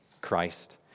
Christ